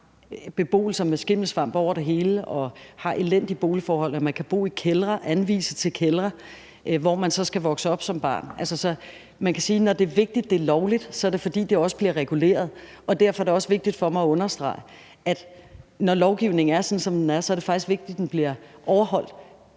beboelser med skimmelsvamp over det hele og har elendige boligforhold, at man kan bo i kældre, anvises til kældre, hvor man så skal vokse op som barn. Så man kan sige, at det, når det er vigtigt, at det er lovligt, så også er, fordi det bliver reguleret. Derfor vil jeg også understrege, at det, når lovgivningen er sådan, som den er, så faktisk er vigtigt, at den bliver overholdt,